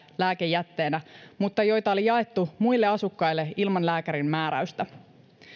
lääkejätteenä mutta joita oli jaettu muille asukkaille ilman lääkärin määräystä